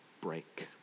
break